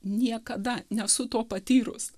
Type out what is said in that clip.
niekada nesu to patyrus